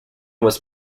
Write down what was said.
was